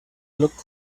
look